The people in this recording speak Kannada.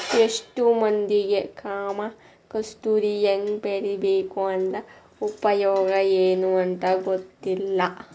ಎಷ್ಟೋ ಮಂದಿಗೆ ಕಾಮ ಕಸ್ತೂರಿ ಹೆಂಗ ಬೆಳಿಬೇಕು ಅದ್ರ ಉಪಯೋಗ ಎನೂ ಅಂತಾ ಗೊತ್ತಿಲ್ಲ